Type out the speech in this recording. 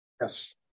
Yes